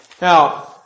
Now